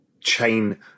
chain